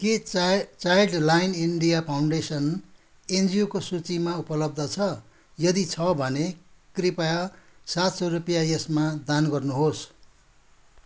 के चाइ Childline India foundation एनजिओको सूचीमा उपलब्ध छ यदि छ भने कृपया सात सौ रुपियाँ यसमा दान गर्नुहोस्